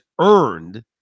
earned